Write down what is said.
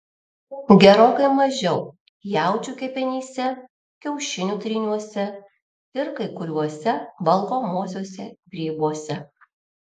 gerokai mažiau jaučių kepenyse kiaušinių tryniuose ir kai kuriuose valgomuosiuose grybuose